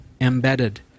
Embedded